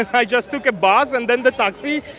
i just took a bus and then the taxi.